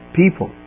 people